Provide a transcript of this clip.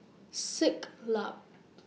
Siglap